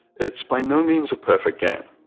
it's by no means a perfect game,